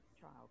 child